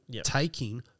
taking